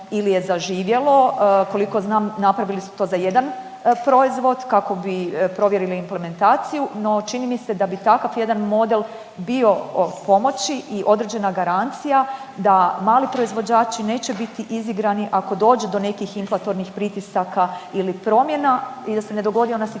ili je zaživjelo. Koliko znam napravili su to za jedan proizvod kako bi provjerili implementaciju, no čini mi se da bi takav jedan model bio od pomoći i određena garancija da mali proizvođači neće biti izigrani ako dođe do nekih inflatornih pritisaka ili promjena i da se ne dogodi ona situacija